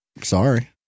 sorry